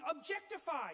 objectified